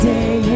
Day